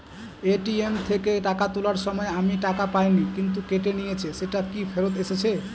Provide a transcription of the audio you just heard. ATM থেকে টাকা তোলার সময় আমি টাকা পাইনি কিন্তু কেটে নিয়েছে সেটা কি ফেরত এসেছে?